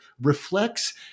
reflects